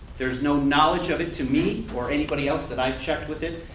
there's no knowledge of it to me or anybody else that i've check with it.